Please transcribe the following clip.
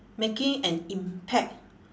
making an impact